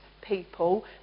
people